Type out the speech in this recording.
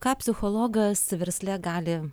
ką psichologas versle gali